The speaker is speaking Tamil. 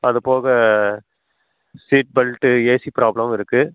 அது போக சீட் பெல்ட்டு ஏசி ப்ராபளமும் இருக்குது